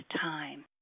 time